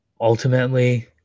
ultimately